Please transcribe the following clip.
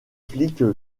flic